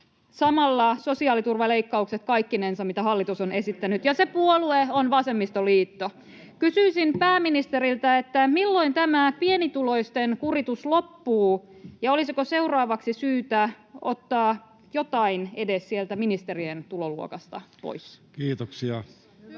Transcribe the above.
ne sosiaaliturvaleikkaukset, mitä hallitus on esittänyt, ja se puolue on vasemmistoliitto. Kysyisin pääministeriltä: milloin tämä pienituloisten kuritus loppuu, ja olisiko seuraavaksi syytä ottaa jotain edes sieltä ministerien tuloluokasta pois? [Speech